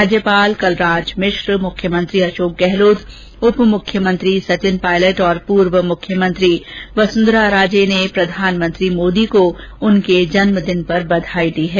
राज्यपाल कलराज मिश्र मुख्यमंत्री अशोक गहलोत उपमुख्यमंत्री सचिन पायलट और पूर्व मुख्यमंत्री वसुंधरा राजे ने प्रधानमंत्री नरेन्द्र मोदी को उनके जन्म दिन पर बधाई दी है